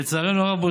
לצערנו הרב,